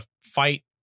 fight